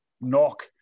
knock